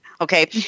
okay